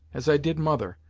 as i did mother.